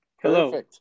Hello